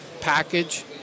package